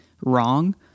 wrong